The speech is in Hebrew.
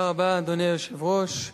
אדוני היושב-ראש,